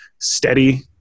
steady